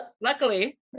luckily